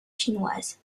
chinoise